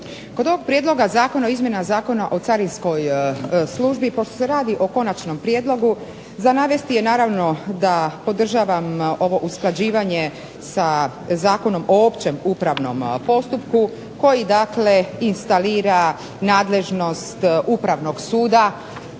Kod ovog Prijedloga Zakona o izmjenama Zakona o carinskoj službi, pošto se radi o konačnom prijedlogu, za navesti je naravno da podržavam ovo usklađivanje sa Zakonom o općem upravnom postupku, koji dakle instalira nadležnost upravnog suda